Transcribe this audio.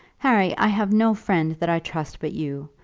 harry, i have no friend that i trust but you,